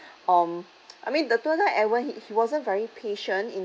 um I mean the tour guide edward he he wasn't very patient in